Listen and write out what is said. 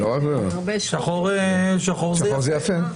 שחור זה יפה.